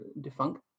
defunct